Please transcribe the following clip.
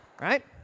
Right